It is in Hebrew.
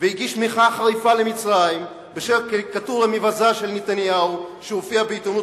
והגיש מחאה חריפה למצרים בשל קריקטורה מבזה של נתניהו שהופיעה בעיתונות